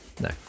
No